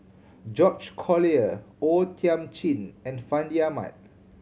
George Collyer O Thiam Chin and Fandi Ahmad